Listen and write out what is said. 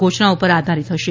ઘોષણા પર આધારીત હશે